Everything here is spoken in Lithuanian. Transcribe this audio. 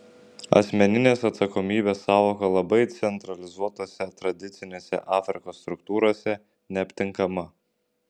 asmeninės atsakomybės sąvoka labai centralizuotose tradicinėse afrikos struktūrose neaptinkama